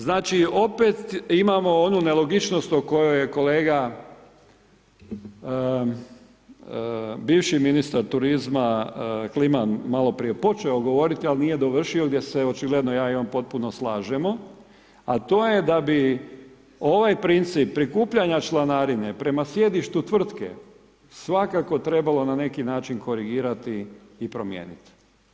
Znači opet imamo onu nelogičnost o kojoj je kolega, bivši ministar turizma Kliman malo prije počeo govoriti ali nije dovršio gdje se očigledno ja i on potpuno slažemo a to je da bi ovaj princip prikupljanja članarine prema sjedištu tvrtke svakako trebalo na neki način korigirati i promijeniti.